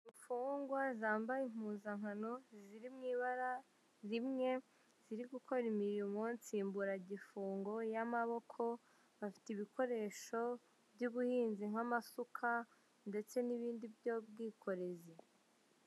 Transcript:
Imfungwa zambaye impuzankano ziri mu ibara rimwe, ziri gukora imirimo nsimburagifungo y'amaboko, bafite ibikoresho by'ubuhinzi nk'amasuka, ndetse n'ibindi by'ubwikorezi.